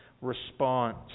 response